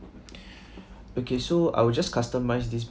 okay so I will just customize this